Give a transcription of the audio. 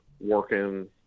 working